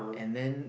and then